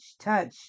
touch